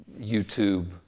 YouTube